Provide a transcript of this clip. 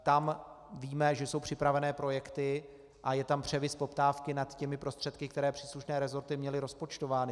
Tam víme, že jsou připravené projekty a je tam převis poptávky nad prostředky, které příslušné rezorty měly rozpočtovány.